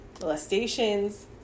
molestations